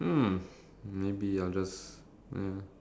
I'm almost guaranteed dead